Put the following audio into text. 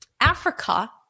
Africa